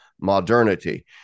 modernity